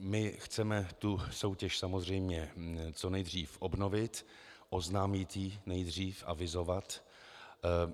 My chceme soutěž samozřejmě co nejdřív obnovit, oznámit ji nejdřív, avizovat.